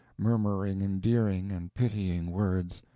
murmuring endearing and pitying words,